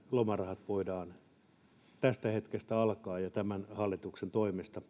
lomarahat voidaan tästä hetkestä alkaen ja tämän hallituksen toimesta